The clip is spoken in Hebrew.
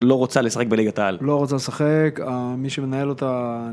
- לא רוצה לשחק בלגת העל. - לא רוצה לשחק.. אהה... מי שמנהל אותה...